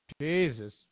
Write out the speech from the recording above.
Jesus